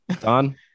Don